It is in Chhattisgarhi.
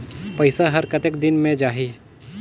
पइसा हर कतेक दिन मे जाही?